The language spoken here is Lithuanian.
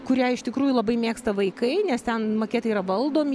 kurią iš tikrųjų labai mėgsta vaikai nes ten maketai yra valdomi